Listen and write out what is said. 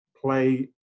play